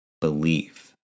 belief